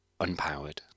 unpowered